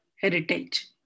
heritage